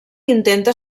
intenta